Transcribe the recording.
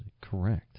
correct